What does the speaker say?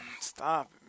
Stop